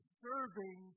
serving